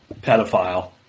Pedophile